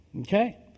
Okay